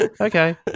Okay